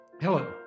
Hello